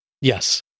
Yes